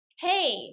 hey